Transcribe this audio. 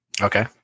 Okay